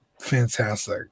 fantastic